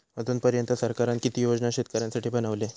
अजून पर्यंत सरकारान किती योजना शेतकऱ्यांसाठी बनवले?